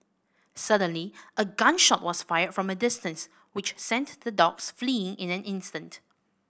suddenly a gun shot was fired from a distance which sent the dogs fleeing in an instant